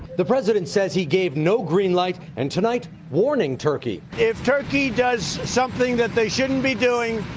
the president says he gave no green light and tonight, warning turkey. if turkey does something that they shouldn't be doing,